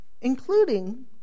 including